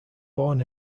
born